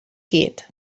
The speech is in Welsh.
gyd